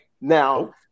Now